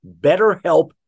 BetterHelp